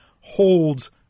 holds